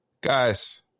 Guys